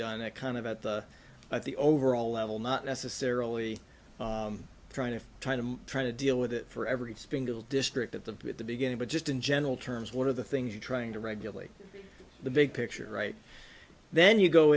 done that kind of at the at the overall level not necessarily trying to trying to trying to deal with it for every single district at the at the beginning but just in general terms one of the things you're trying to regulate the big picture right then you go